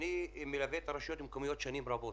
אני מלווה את הרשויות המקומיות שנים רבות